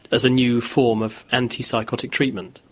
as a new form of anti-psychotic treatment?